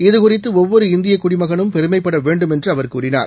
இது குறித்துஒவ்வொரு இந்தியகுடிமகனும் பெருமைப்படவேண்டும் என்றுஅவர் கூறினார்